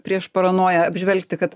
prieš paranoją apžvelgti kad